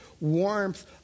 warmth